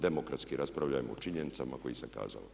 Demokratski raspravljajmo o činjenicama koje sam kazao.